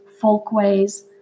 folkways